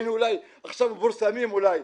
היינו מפורסמים עכשיו אולי,